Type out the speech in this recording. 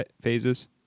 phases